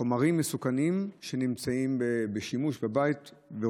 חומרים מסוכנים נמצאים בשימוש בבית,